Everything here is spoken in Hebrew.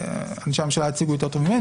אנשי הממשלה יציגו יותר טוב ממני,